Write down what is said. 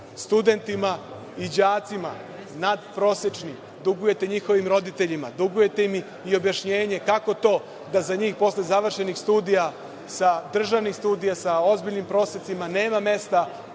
studentima i đacima natprosečnim, dugujete njihovim roditeljima. Dugujete im i objašnjenje kako to da za njih posle završenih državnih studija sa ozbiljnim prosecima nema mesta